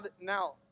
now